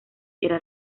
era